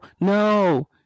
no